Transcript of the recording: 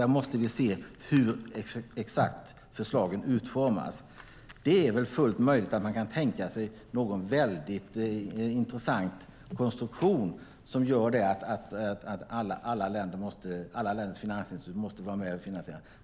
Där måste vi se exakt hur förslagen utformas. Det är väl fullt möjligt att man kan tänka sig någon väldigt intressant konstruktion som gör att alla länders finansinstitut måste vara med och finansiera.